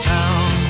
town